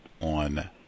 on